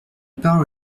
parole